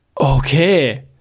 Okay